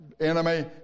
enemy